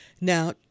Now